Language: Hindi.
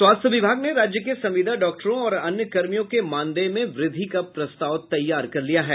स्वास्थ्य विभाग ने राज्य के संविदा डॉक्टरों और अन्य कर्मियों के मानदेय में वृद्धि का प्रस्ताव तैयार कर लिया है